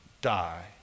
die